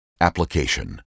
application